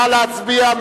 נא להצביע.